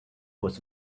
was